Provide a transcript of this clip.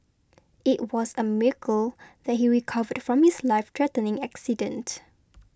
it was a miracle that he recovered from his lifethreatening accident